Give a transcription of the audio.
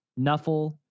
Nuffle